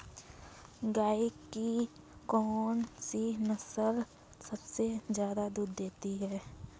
गाय की कौनसी नस्ल सबसे ज्यादा दूध देती है?